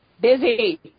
Busy